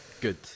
Good